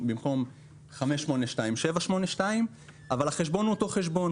במקום 582 נרשם 782 אבל החשבון הוא אותו חשבון,